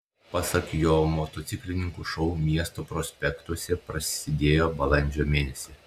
pasak jo motociklininkų šou miesto prospektuose prasidėjo balandžio mėnesį